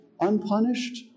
Unpunished